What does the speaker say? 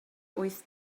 wyth